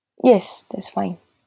yes that's fine